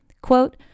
Quote